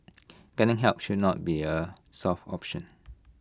getting help should not be A soft option